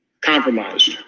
compromised